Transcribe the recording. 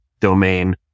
domain